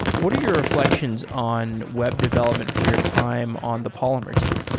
what are your reflections on web development, from your time on the polymer team?